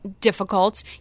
difficult